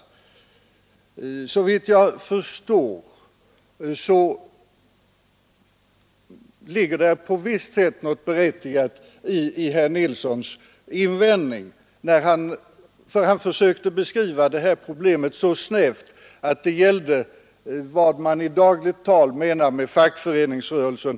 Såvitt jag förstår ligger det på visst sätt något berättigat i herr Nilssons invändning, för han försökte beskriva problemet så snävt som att det skulle gälla vad man i dagligt tal menar med fackföreningsrörelsen.